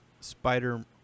Spider